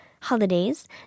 holidays